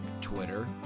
Twitter